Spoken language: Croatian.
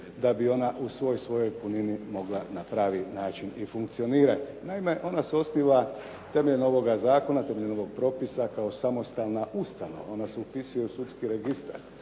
da bi ona u svoj svojoj punini mogla na pravi način i funkcionirati. Naime, ona se osniva temeljem ovoga zakona, temeljem ovoga propisa kao samostalna ustanova. Ona se upisuje u sudski registar,